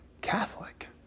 Catholic